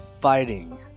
fighting